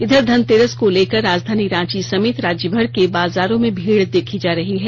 इधर धनतेरस को लेकर राजधानी रांची समेत राज्यभर के बाजारों में भीड़ देखी जा रही हैं